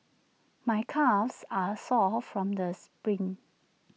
my calves are sore from the spring